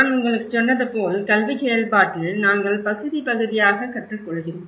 நான் உங்களுக்குச் சொன்னது போல் கல்விச் செயல்பாட்டில் நாங்கள் பகுதி பகுதியாகக் கற்றுக்கொள்கிறோம்